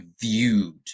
viewed